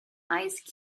ice